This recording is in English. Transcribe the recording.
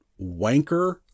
wanker